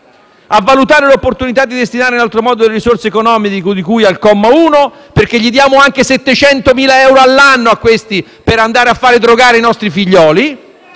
a valutare l'opportunità di destinare in altro modo le risorse economiche di cui al comma 1 - perché gli diamo anche 700.000 l'anno a questi per andare a fare drogare i nostri figlioli